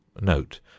Note